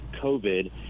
COVID